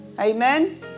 Amen